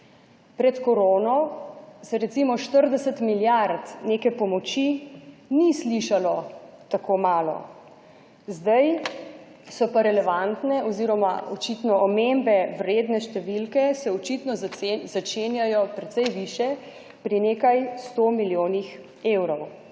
Pred korono, se recimo 40 milijard neke pomoči ni slišalo tako malo. Zdaj so pa relevantne oziroma očitno omembe vredne številke se očitno začenjajo precej višje, pri nekaj 100 milijonih evrov.